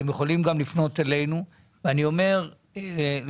אתם יכולים גם לפנות אלינו ואני אומר לשלמה,